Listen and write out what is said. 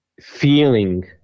feeling